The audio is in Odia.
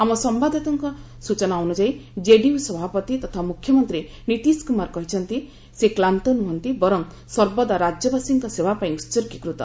ଆମ ସମ୍ଭାଦଦାତାଙ୍କ ସ୍ୱଚନା ଅନୁଯାୟୀ କେଡିୟୁ ସଭାପତି ତଥା ମୁଖ୍ୟମନ୍ତ୍ରୀ ନିତୀଶ କୁମାର କହିଛନ୍ତି ସେ କ୍ଲାନ୍ତ ନୁହଁନ୍ତି ବରଂ ସର୍ବଦା ରାଜ୍ୟବାସୀଙ୍କ ସେବା ପାଇଁ ଉହର୍ଗୀକୃତ